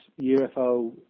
UFO